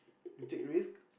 you take risk